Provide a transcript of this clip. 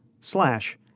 slash